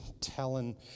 telling